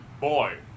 BOY